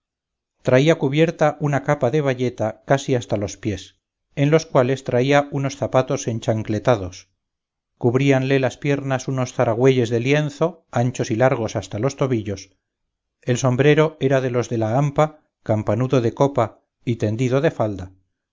traía cubierta una capa de bayeta casi hasta los pies en los cuales traía unos zapatos enchancletados cubríanle las piernas unos zaragüelles de lienzo anchos y largos hasta los tobillos el sombrero era de los de la hampa campanudo de copa y tendido de falda